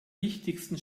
wichtigsten